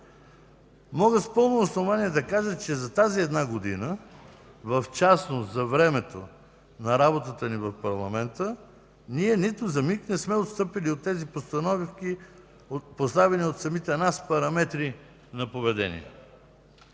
Мога с пълно основание да кажа, че за тази една година, в частност за времето на работата ни в парламента, ние нито за миг не сме отстъпили от тези постановки и поставените от самите нас параметри на поведение.